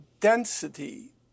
density